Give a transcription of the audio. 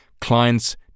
Clients